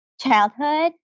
childhood